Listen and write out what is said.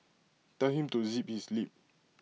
tell him to zip his lip